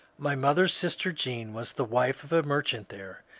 my mother's sister jean was the wife of a merchant there,